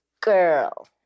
girl